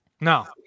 No